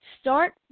start